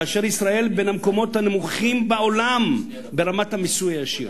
כאשר ישראל בין המקומות הנמוכים בעולם ברמת המיסוי הישיר?